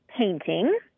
painting